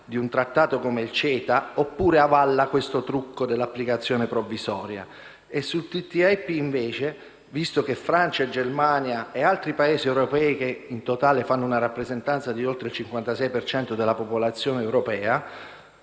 di un trattato come il CETA oppure avalla questo trucco dell'applicazione provvisoria. Sul TTIP, invece, visto che Francia e Germania ed altri Paesi europei che in totale fanno una rappresentanza di oltre il 56 per cento della popolazione europea